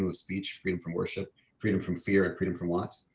and speech freedom from worship freedom from fear and freedom from want.